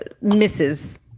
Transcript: misses